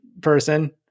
person